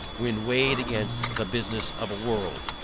when weighed against the business of a world.